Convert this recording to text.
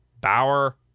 Bauer